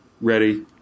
ready